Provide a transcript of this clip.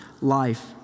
life